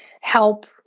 help